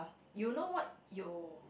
you know what you